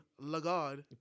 Lagarde